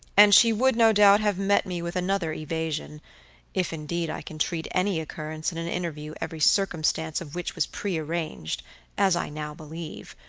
and she would, no doubt, have met me with another evasion if, indeed, i can treat any occurrence in an interview every circumstance of which was prearranged, as i now believe,